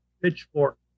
Pitchfork